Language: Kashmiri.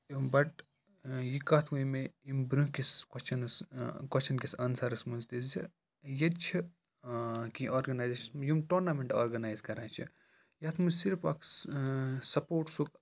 بَٹ یہِ کَتھ ؤنۍ مےٚ یِمہِ برونٛہہ کِس کۄسچنَس کۄسچن کِس آنسَرَس منٛز تہِ زِ ییٚتہِ چھِ کینٛہہ آرگنایزیشَن یِم ٹورنامیٚنٛٹ آرگنایِز کَران چھِ یَتھ منٛز صرف اَکھ سَپوٹسُک